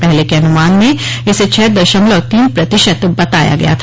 पहले के अनुमान में इसे छह दशमलव तीन प्रतिशत बताया गया था